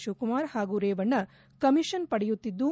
ಶಿವಕುಮಾರ್ ಹಾಗೂ ರೇವಣ್ಣ ಕಮೀಷನ್ ಪಡೆಯುತ್ತಿದ್ದು